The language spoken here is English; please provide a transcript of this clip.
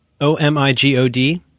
O-M-I-G-O-D